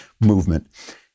movement